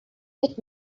bit